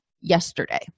yesterday